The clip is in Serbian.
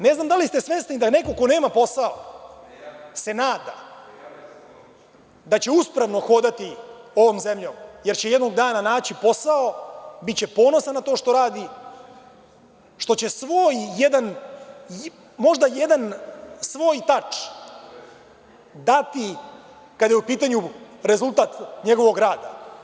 Ne znam da li ste svesni da neko ko nema posao se nada da će uspravno hodati ovom zemljom jer će jednog dana naći posao, biće ponosan na to što radi, što će možda jedan svoj tač dati kada je u pitanju rezultat njegovog rada.